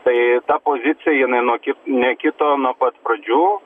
tai ta pozicija jinai nuo ki nekito nuo pat pradžių